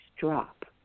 drop